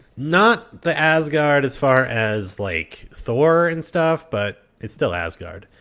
not the asgard as far as, like, thor and stuff. but it's still asgard.